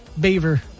Beaver